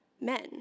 men